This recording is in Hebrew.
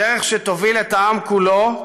דרך שתוביל את העם כולו.